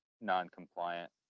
non-compliant